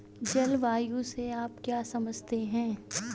जलवायु से आप क्या समझते हैं?